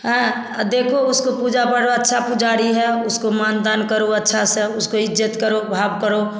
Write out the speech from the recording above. हाँ देखो उसको पूजा पाठ अच्छा पुजारी है उसको मान दान करो अच्छा से उसको इज़्ज़त करो भाव करो